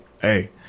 hey